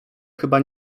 chyba